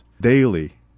daily